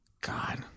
God